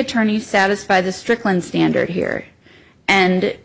attorney satisfy the strickland standard here and